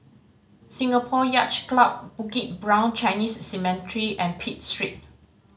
Singapore Yacht Club Bukit Brown Chinese Cemetery and Pitt Street